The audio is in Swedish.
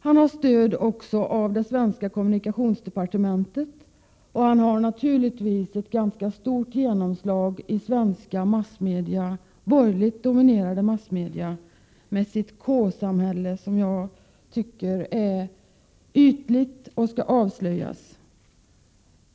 Han får stöd också av det svenska kommunikationsdepartementet, och han får naturligtvis ett ganska stort genomslag i svenska borgerligt dominerade massmedia. Hans K-samhälle tycker jag är ytligt och skall avslöjas.